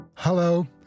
Hello